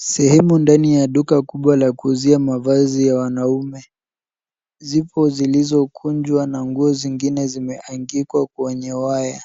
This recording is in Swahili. Sehemu ndani ya duka kubwa la kuuzia mavazi ya wanaume zipo zilizokunjwa na nguo zingine zimeangikwa kwenye waya.